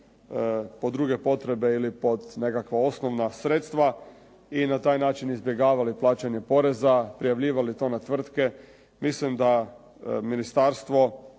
pod druge potrebe ili pod nekakva osnovna sredstva i na taj način izbjegavali plaćanje poreza, prijavljivali to na tvrtke. Mislim da ministarstvo